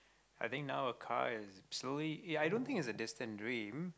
I think now a car is slowly uh i don't think it's a distant dream